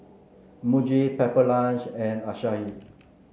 Muji Pepper Lunch and Asahi